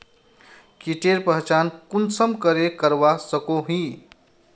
कीटेर पहचान कुंसम करे करवा सको ही?